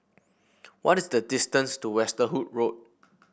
what is the distance to Westerhout Road